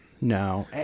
No